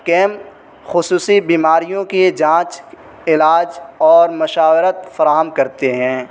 camp خصوصی بیماریوں کی جانچ علاج اور مشاورت فراہم کرتے ہیں